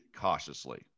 cautiously